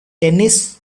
tennis